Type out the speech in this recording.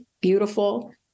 beautiful